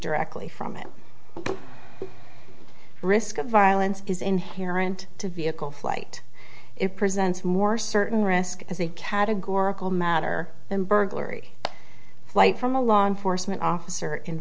directly from it risk of violence is inherent to vehicle flight it presents more certain risk as a categorical matter than burglary flight from a law enforcement officer